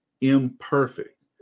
imperfect